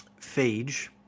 Phage